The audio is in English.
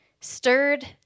stirred